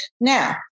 Now